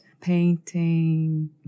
painting